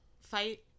fight